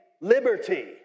liberty